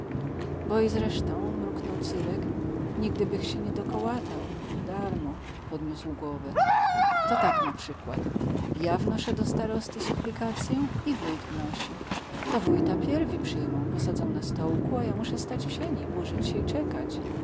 bo i zresztą mruknął cyrek nigdybych sie nie dokołatał darmo podniósł głowę to tak naprzykład ja wnoszę do starosty suplikacyę i wójt wnosi to wójta pierwi przyjmą posadzą na stołku a ja muszę stać w sieni burzyć sie i czekać